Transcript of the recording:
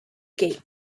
gate